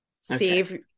save